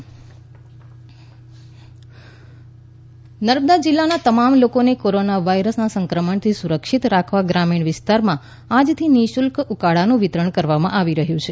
નર્મદા ઉકાળી નર્મદાં જિલ્લાના તમામ લોકોને કોરોના વાયરસના સંક્રમણથી સુરક્ષિત રાખવા ગ્રામીણ વિસ્તારોમાં આજથી નિશુલ્ક ઉકાળાનું વિતરણ કરવામાં આવી રહ્યું છે